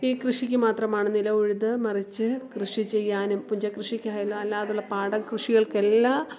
ഈ കൃഷിക്ക് മാത്രമാണ് നിലം ഉഴുത് മറിച്ച് കൃഷി ചെയ്യാനും പുഞ്ച കൃഷിക്ക് ആയാലും അല്ലാതുള്ള പാടം കൃഷികൾക്ക് എല്ലാ